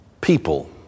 people